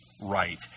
Right